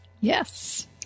Yes